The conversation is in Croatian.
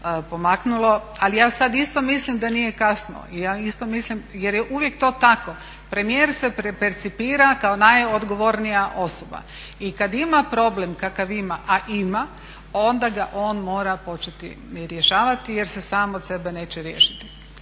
ali ja sad isto mislim da nije kasno i ja isto mislim jer je uvijek to tako. Premijer se percipira kao najodgovornija i kad ima problem kakav ima, a ima, onda ga on mora početi rješavati jer se sam od sebe neće riješiti.